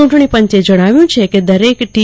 ચૂંટણી પંચે જણાવ્યું છે કે દરેક ટી